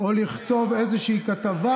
או לכתוב איזושהי כתבה,